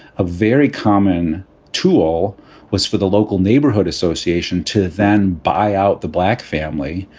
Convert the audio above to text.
a very common tool was for the local neighborhood association to then buy out the black family.